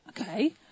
okay